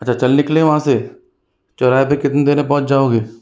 अच्छा चल निकले वहाँ से चौराहे तक कितनी देर में पहुँच जाओगे